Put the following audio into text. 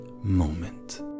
moment